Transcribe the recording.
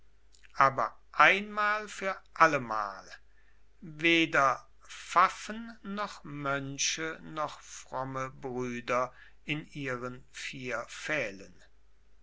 aber einmal für allemal weder pfaffen noch mönche noch fromme brüder in ihren vier pfählen